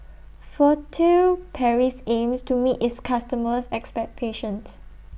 Furtere Paris aims to meet its customers' expectations